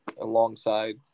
alongside